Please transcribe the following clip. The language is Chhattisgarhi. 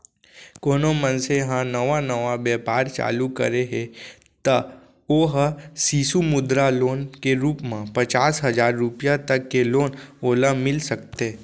कोनो मनसे ह नवा नवा बेपार चालू करे हे त ओ ह सिसु मुद्रा लोन के रुप म पचास हजार रुपया तक के लोन ओला मिल सकथे